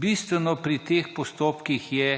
Bistveno pri teh postopkih je,